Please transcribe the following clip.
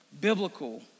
biblical